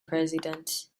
president